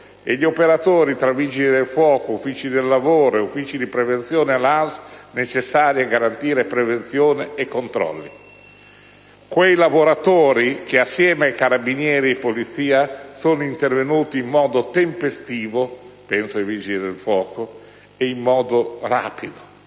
e gli operatori tra Vigili del fuoco, uffici del lavoro ed uffici di prevenzione delle ASL necessari a garantire prevenzione e controlli? Quei lavoratori che, assieme ai Carabinieri e alla Polizia, sono intervenuti in modo tempestivo e rapido (penso ai Vigili del fuoco). Tutto ciò